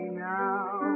now